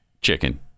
chicken